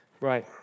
Right